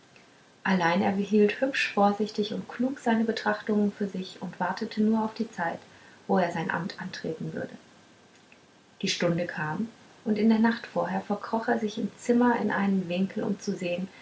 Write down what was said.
allein er behielt hübsch vorsichtig und klug seine betrachtungen für sich und wartete nur auf die zeit wo er sein amt antreten würde die stunde kam und in der nacht vorher verkroch er sich im zimmer in einen winkel um zu sehen